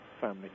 family